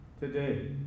today